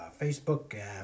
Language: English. Facebook